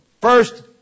First